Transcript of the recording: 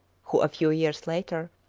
who a few years later,